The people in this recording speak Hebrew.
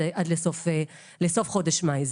עד לסוף חודש מאי.